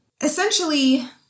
essentially